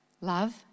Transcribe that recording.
love